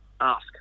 ask